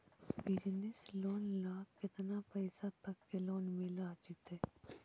Business loan ल केतना पैसा तक के लोन मिल जितै?